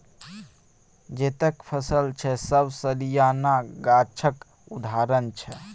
जतेक फसल छै सब सलियाना गाछक उदाहरण छै